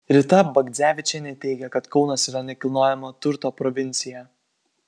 rita bagdzevičienė teigia kad kaunas yra nekilnojamojo turto provincija